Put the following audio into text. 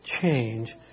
change